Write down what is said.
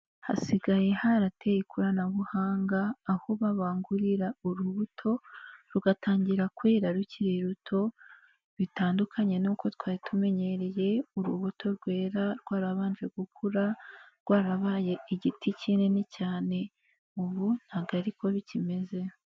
Hasigaye harateye ikoranabuhanga aho babangurira urubuto rugatangira kwera rukiri ruto bitandukanye nuko twari tumenyereye urubuto rwera rwarabanje gukura, rwarabaye igiti kinini cyane ubu ntago ariko bikimeze.